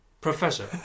Professor